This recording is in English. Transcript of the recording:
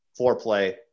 foreplay